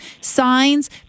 signs